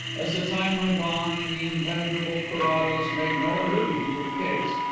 as the time went on and the impenetrable carrados made no allusion to the case,